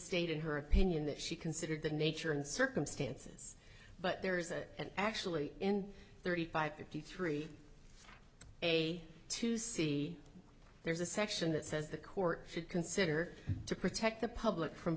in her opinion that she considered the nature and circumstances but there is a and actually in thirty five fifty three a to c there's a section that says the court should consider to protect the public from